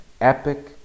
epic